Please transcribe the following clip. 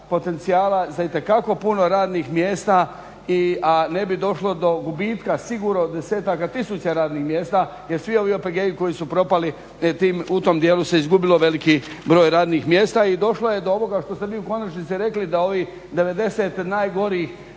potencijala za itekako radnih mjesta a i ne bi došlo do gubitka sigurno desetaka tisuća radnih mjesta jer svi ovi OPG-i koji su propali, u tom djelu se izgubio veliki broj radnih mjesta i došlo je do ovoga što ste vi u konačnici rekli da ovih 90 najgorih